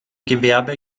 gewerbe